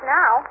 now